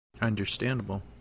Understandable